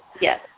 Yes